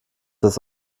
das